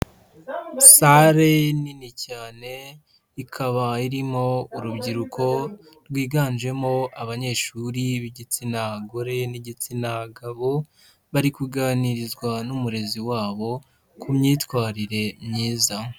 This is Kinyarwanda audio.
Sale nini cyane, ikaba irimo urubyiruko rwiganjemo abanyeshuri b'igitsina gore n'igitsina gabo, bari kuganirizwa n'umurezi wabo ku myitwarire myiza.